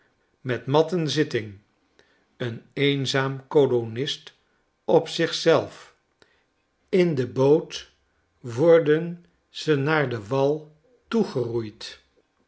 met matten zitting een eenzaara kolonist op zich zelf in de boot worden ze naar den waltoegeroeid terwijl